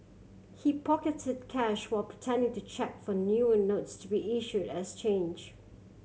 he pocketed cash while pretending to check for newer notes to be issued as change